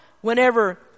whenever